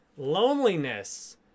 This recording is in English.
Loneliness